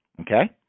okay